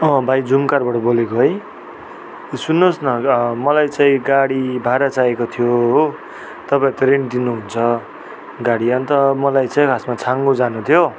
भाइ झुम्कारबाट बोलेको है सुन्नुहोस् न मलाई चाहिँ गाडी भाडा चाहिएको थियो हो तपाईँहरू त रेन्ट दिनुहुन्छ गाडी अन्त मलाई चाहिँ खासमा छाङ्गु जानु थियो